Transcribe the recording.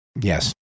Yes